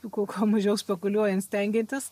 kuo kuo mažiau spekuliuojant stengiantis